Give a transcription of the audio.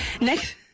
Next